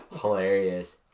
hilarious